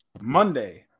Monday